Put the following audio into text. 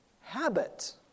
habit